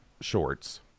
shorts